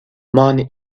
man